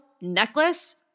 necklace